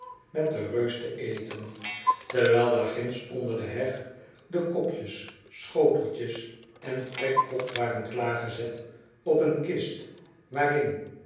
met den reus te eten terwijl daarginds onderde heg de kopjes schoteljes en trekpot waren klaargezet op een kist waarin